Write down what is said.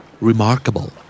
Remarkable